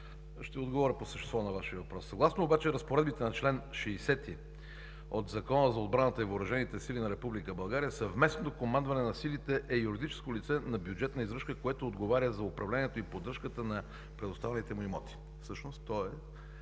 Ще отговоря по същество на Вашия въпрос. Съгласно разпоредбите на чл. 60 от Закона за отбраната и въоръжените сили на Република България Съвместното командване на силите е юридическо лице на бюджетна издръжка, което отговаря за управлението и поддръжката на предоставените му имоти.